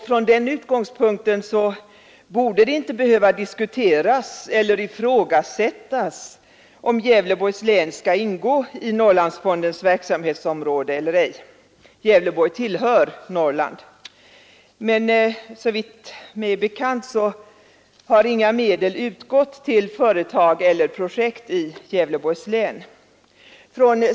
Från den utgångspunkten borde det inte behöva diskuteras eller ifrågasättas om Gävleborgs län skall ingå i Norrlandsfondens verksamhetsområde eller ej — Gävleborg tillhör Norrland, Men såvitt mig är bekant har inga medel utgått till företag eller projekt i Gävleborgs län.